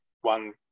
one